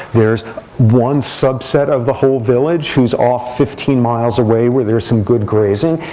there's one subset of the whole village who's off fifteen miles away where there's some good grazing.